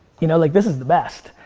you know, like this is the best.